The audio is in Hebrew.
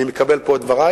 אני מקבל פה את דברייך,